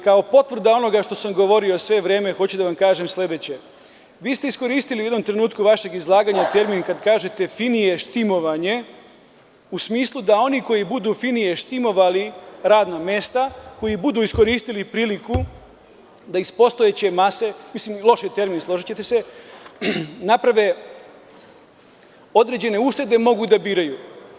Kao potvrda onoga što sam govorio sve vreme, hoću vam kažem sledeće - vi ste iskoristili u jednom trenutku vašeg izlaganje termin kada kažete – finije štimovanje, u smislu da oni koji budu finije štimovali radna mesta, koji budu iskoristili priliku da iz postojeće mase, mislim, loš je termin, složićete se, naprave određene uštede, mogu da biraju.